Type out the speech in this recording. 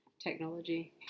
technology